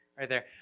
right there.